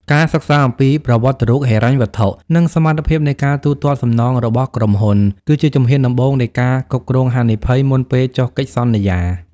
ការសិក្សាអំពី ប្រវត្តិរូបហិរញ្ញវត្ថុ និងសមត្ថភាពនៃការទូទាត់សំណងរបស់ក្រុមហ៊ុន គឺជាជំហានដំបូងនៃ ការគ្រប់គ្រងហានិភ័យ មុនពេលចុះកិច្ចសន្យា។